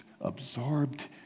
absorbed